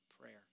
prayer